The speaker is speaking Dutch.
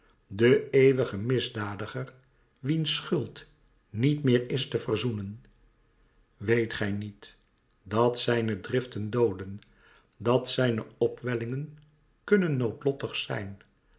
de eeuwige misdadiger wiens schuld niet meer is te verzoenen weet gij niet dat zijne driften dooden dat zijne opwellingen kunnen noodlottig zijn